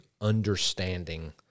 understanding